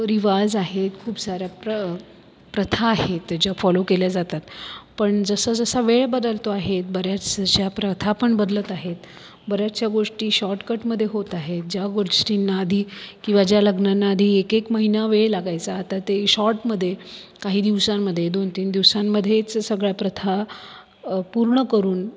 रिवाज आहे खूप साऱ्या प्र प्रथा आहेत त्या ज्या फॉलो केल्या जातात पण जसं जसं वेळ बदलतो आहे बऱ्याचशा प्रथा पण बदलत आहेत बऱ्याचशा गोष्टी शॉर्टकटमध्ये होत आहेत ज्या गोष्टींना आधी किंवा ज्या लग्नांना आधी एक एक महिना वेळ लागायचा तर ते शॉर्टमध्ये काही दिवसांमध्ये दोन तीन दिवसांमध्येच सगळ्या प्रथा पूर्ण करून